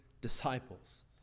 disciples